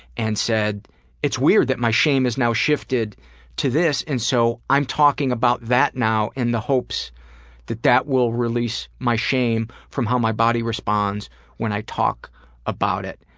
and said it's weird that my shame has now shifted to this. and so i'm talking about that now in the hopes that that will release my shame from how my body responds when i talk about it.